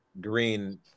green